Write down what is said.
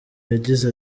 yagize